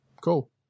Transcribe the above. cool